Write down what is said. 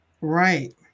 Right